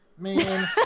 Man